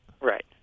Right